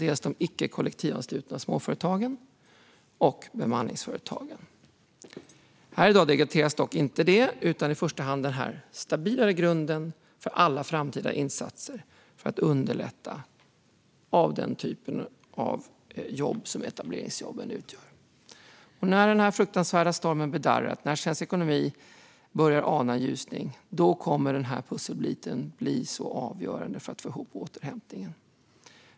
Det gäller dels de icke kollektivanslutna småföretagen, dels bemanningsföretagen. I dag debatteras dock inte just detta utan i första hand en stabilare grund för alla framtida insatser för att underlätta det slags jobb som etableringsjobben utgör. När den fruktansvärda stormen bedarrat och när svensk ekonomi börjar ana en ljusning kommer denna pusselbit att vara avgörande för att vi ska få ihop återhämtningen.